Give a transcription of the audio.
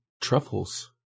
truffles